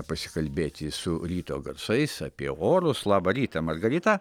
pasikalbėti su ryto garsais apie orus labą rytą margarita